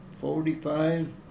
forty-five